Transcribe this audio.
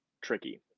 tricky